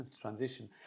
transition